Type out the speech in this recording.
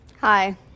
Hi